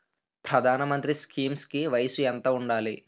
ప్రధాన మంత్రి స్కీమ్స్ కి వయసు ఎంత ఉండాలి?